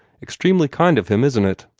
extremely kind of him, isn't it?